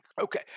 Okay